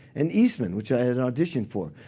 and eastman, which i had an audition for.